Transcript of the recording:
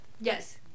Yes